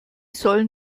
sollen